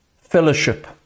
Fellowship